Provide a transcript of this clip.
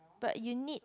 but you need